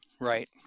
Right